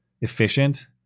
efficient